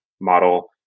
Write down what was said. model